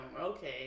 Okay